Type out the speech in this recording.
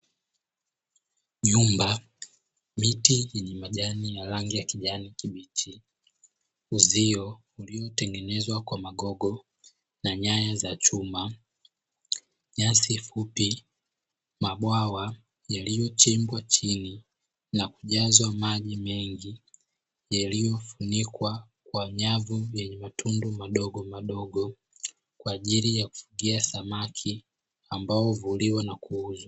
Nyumba, miti yenye majani ya rangi ya kijani kibichi, uzio uliotengenezwa kwa magogo na nyaya za chuma, nyasi fupi mabwawa yaliyochimbwa chini na kujazwa maji mengi yaliyofunikwa kwa nyavu yenye matundu madogomadogo, kwa ajili ya kufugia samaki ambao huvuliwa na kuuzwa.